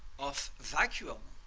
of vacuum,